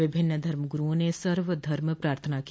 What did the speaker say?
विभिन्न धर्मग्रुओं ने सर्वधर्म प्रार्थना की